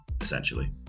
essentially